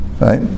right